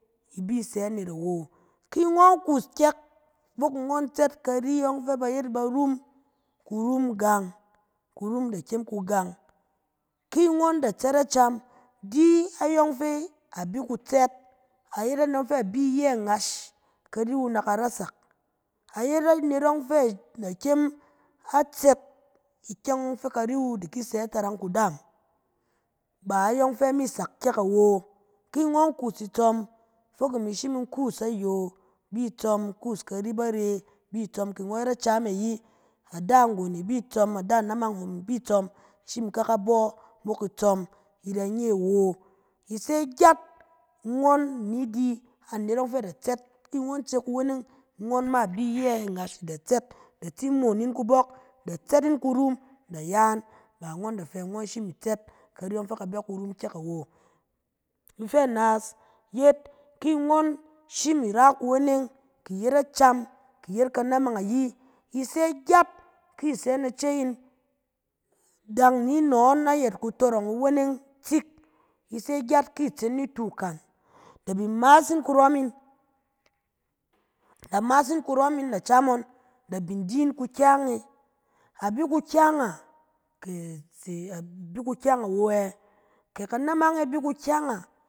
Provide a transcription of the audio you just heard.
In bi sɛ anet awo, ki ngɔn kuus kyɛk, fok ngɔn tsɛt kari yɔng fɛ ba yet barum, kurum gang, kurum da kyem kugang. Ki ngɔn da tsɛt acam, di ayɔng fɛ a bi kutsɛt, a yet anet ɔng fɛ a bi iyɛ ngash, kari wu na ka rasak. A yet anet ɔng fɛ a da kyem atsɛt ikyɛng fɛ kari wu di ki sɛ itarang kudaam, ba ayɔng fɛ a mi sak kyɛk awo. Ki ngɔn kuus itsɔm, fok imi shim in kuus ayong bi tsɔm, in kuus kari bare bi tsɔm, kɛ ngɔn acam e ayi, ada nggon e bi tsɔm, ada namang hom e bi tsɔm, in shim in ka ka bɔ mok itsɔm, i da nye wo. I se gyat, ngɔn ni di anet ɔng fɛ a da tsɛt, ki ngɔn tse kuweneng, ngɔn ma i bi iyɛ ngash da tsɛt, da tsi moon ‘in kubɔk, da tsɛt ‘in kurum, da ya yin, ba ngɔn da fɛ ngɔn shim i tsɛt kari ɔng fɛ ka bɛ kurum kyɛk awo. Ifɛ naas yet, ki ngɔn shim i ra kuweneng, ki yet acam kɛ kanamang ayi, i se gyat ki i sɛ yin ace yin dan ni nɔ yin ayɛt kutɔrɔng kuweneng tsik, i se gyat ki i tsees yin nitu kan, da bin maas yin kurɔm yin, da maas yin kurɔm yin na cam ngɔn, da bin di yin kukyang e. A bi kukyang a? Kɛ a- se kukyang awo yɛ? Kɛ kanamang e bi kukyang a?